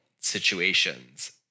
situations